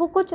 वो कुछ